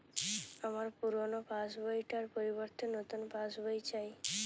আমার পুরানো পাশ বই টার পরিবর্তে নতুন পাশ বই চাই